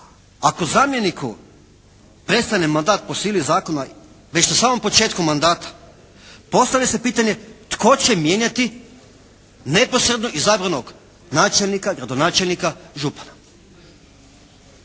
Ako zamjeniku prestane mandat po sili zakona već na samom početku mandata, postavlja se pitanje tko će mijenjati neposredno izabranog načelnika, gradonačelnika, župana.